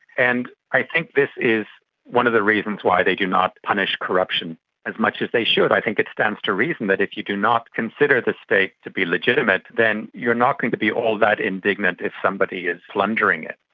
and i think this is one of the reasons why they do not punish corruption as much as they should. i think it stands to reason that if you do not consider the state to be legitimate, then you are not going to be all that indignant if somebody is plundering it.